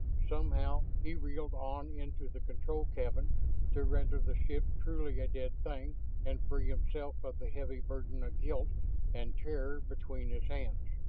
somehow he reeled on into the control cabin to render the ship truly a dead thing and free himself of the heavy burden of guilt and terror between his hands.